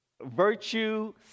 virtue